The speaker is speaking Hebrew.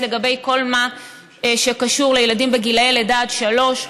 בכל מה שקשור לילדים בגילי לידה על שלוש.